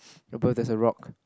above there's a rock